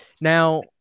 Now